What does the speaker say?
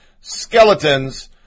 skeletons